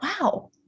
wow